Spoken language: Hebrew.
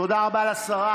תודה רבה לשרה.